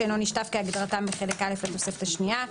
"תמרוק לשפתיים" ו-"תמרוק שאינו נשטף" כהגדרתם בחלק א' לתוספת השנייה,